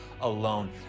alone